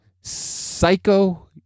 Psycho